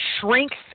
shrinks